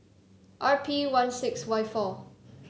R P one six Y four